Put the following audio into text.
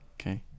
Okay